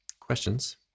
questions